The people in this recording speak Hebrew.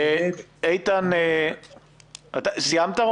רוני, סיימת?